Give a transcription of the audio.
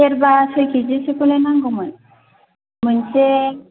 सेरबा सय केजिसोखौनो नांगौमोन मोनसे